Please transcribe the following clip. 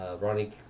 Ronnie